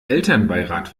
elternbeirat